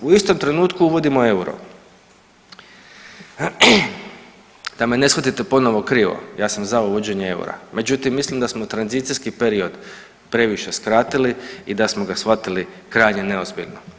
U istom trenutku uvodimo euro, da me ne shvatite ponovo krivo, ja sam za uvođenje eura, međutim mislim da smo tranzicijski period previše skratili i da smo ga shvatili krajnje neozbiljno.